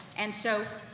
and so,